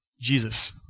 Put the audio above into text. Jesus